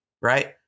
Right